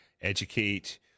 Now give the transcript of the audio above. educate